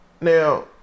Now